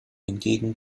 hingegen